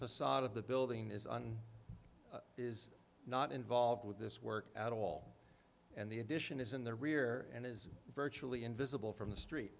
facade of the building is on is not involved with this work at all and the addition is in the rear and is virtually invisible from the street